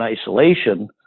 isolation